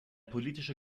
politische